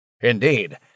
Indeed